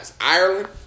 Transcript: Ireland